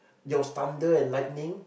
there was thunder and lightning